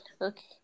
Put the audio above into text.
Okay